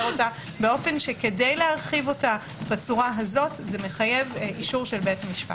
אותה באופן שכדי להרחיב אותה בצורה הזו זה מחייב אישור של בית המשפט.